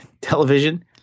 television